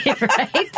Right